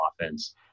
offense